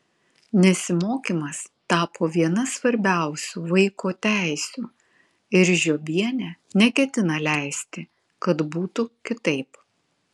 nesimokymas tapo viena svarbiausių vaiko teisių ir žiobienė neketina leisti kad būtų kitaip